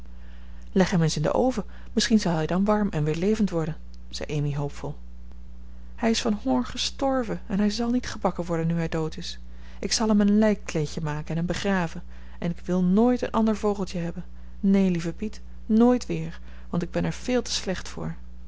hem eens in den oven misschien zal hij dan warm en weer levend worden zei amy hoopvol hij is van honger gestorven en hij zal niet gebakken worden nu hij dood is ik zal hem een lijkkleedje maken en hem begraven en ik wil nooit een ander vogeltje hebben neen lieve piet nooit weer want ik ben er veel te slecht voor